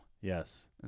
Yes